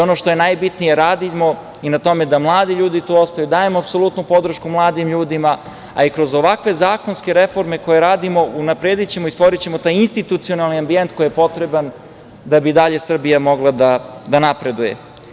Ono što je najbitnije, radimo na tome da mladi ljudi tu ostanu, dajemo apsolutnu podršku mladim ljudima, a i kroz ovakve zakonske reforme koje radimo unapredićemo i stvorićemo taj institucionalni ambijent koji je potreban da bi dalje Srbija mogla da napreduje.